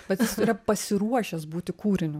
bet jis yra pasiruošęs būti kūriniu